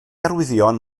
arwyddion